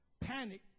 panic